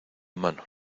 mano